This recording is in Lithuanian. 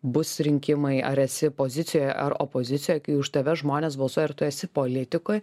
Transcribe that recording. bus rinkimai ar esi pozicijoj ar opozicijoj kai už tave žmonės balsuoja ir tu esi politikoj